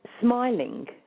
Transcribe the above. smiling